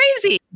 crazy